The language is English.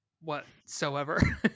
whatsoever